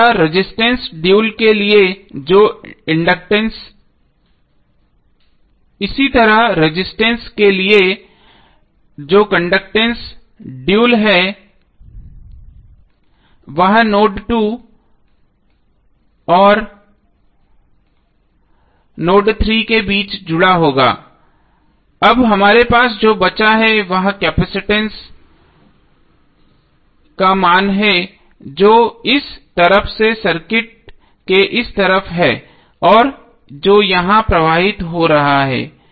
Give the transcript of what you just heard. इसी तरह रेजिस्टेंस के लिए जो कंडक्टैंस ड्यूल है वह नोड 2 और नोड 3 के बीच भी जुड़ा होगा अब हमारे पास जो बचा है वह केपसिटंस मान है जो इस तरफ से सर्किट के इस तरफ है जो यहां प्रवाहित हो रहा है